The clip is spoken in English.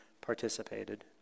participated